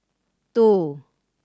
two